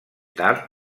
tard